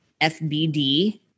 FBD